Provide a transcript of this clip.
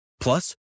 Plus